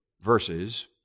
verses